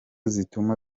zituma